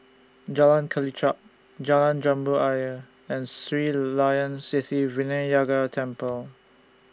Jalan Kelichap Jalan Jambu Ayer and Sri Layan Sithi Vinayagar Temple